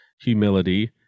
humility